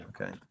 Okay